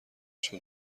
چون